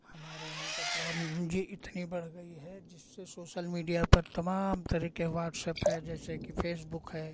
हमारे यहाँ टेक्नोलॉजी इतनी बढ़ गई है जिससे सोशल मीडिया पर तमाम तरह के वाट्सअप है जैसे कि फे़सबुक है